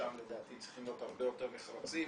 שם לדעתי צריכים להיות הרבה יותר נחרצים,